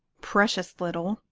precious little,